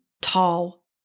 tall